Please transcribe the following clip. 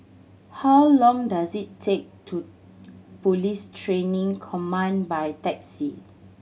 how long does it take to Police Training Command by taxi